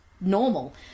normal